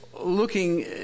looking